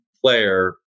player